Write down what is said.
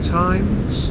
times